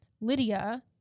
Lydia